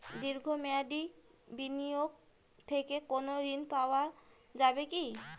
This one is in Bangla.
দীর্ঘ মেয়াদি বিনিয়োগ থেকে কোনো ঋন পাওয়া যাবে কী?